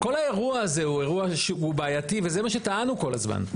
כל האירוע הזה הוא אירוע שהוא בעייתי וזה מה שטענו כל הזמן.